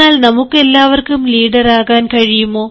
എന്നാൽ നമുക്കെല്ലാവർക്കും ലീഡർ ആകാൻ കഴിയുമോ